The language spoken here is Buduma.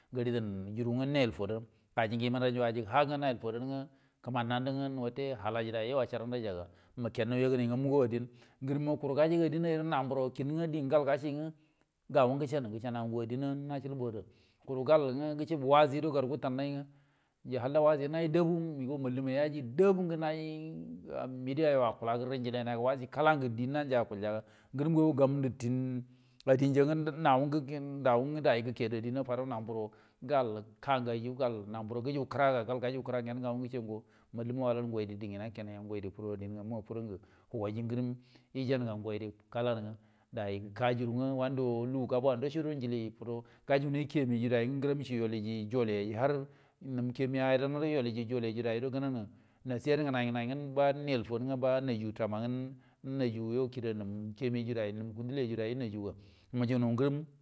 Jugunge nel fodo yimidanja halla niji fodo kimani nandi nge ga yo a car re yo ga mu kenno yageramma adin kin adin no nge namuro ganga ceniga kuru gal nge gecubu waajiguo gar gutannai nge halla waaji wo naji dabu mal lun mayo naji dabu bidia acula naji dabu di nanja acul ga ajim gayu ubandi tin adinja nge namu ro gekadi adimaa fado do dai gakema kan gai nabudo gan kiraga gal gujingi kiraga mal lumma ngo fudugu macini go yo yu fudo adin gedi fodo adimma hugoi yo ngrim ma jaini kalamu lugu kda ndot to gudo yo yummu jai nga ngrim fodo rolin ge re har nun kime mu najiri jolinmu dinini nasi a ngenai ngenaini bar nayyunge nayyu fodo kida yu ga nayu fodo.